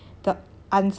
right to be like very fast